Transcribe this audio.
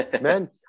man